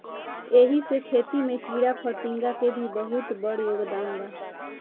एही से खेती में कीड़ाफतिंगा के भी बहुत बड़ योगदान बा